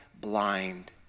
blind